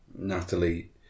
natalie